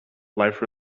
life